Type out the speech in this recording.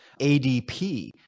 adp